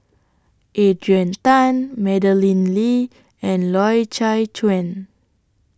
Adrian Tan Madeleine Lee and Loy Chye Chuan